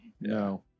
No